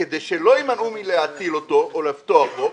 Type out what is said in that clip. כדי שלא ימנעו מלהטיל אותו או לפתוח בו,